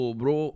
bro